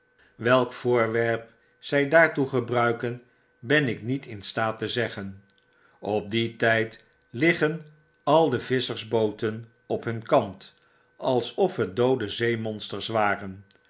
welk voorwerp zg daartoe gebruiken ben ik niet in staat te zeggen op dien tijd liggen al de visschersbooten op hun kant alsof het doodq zeemonsters waren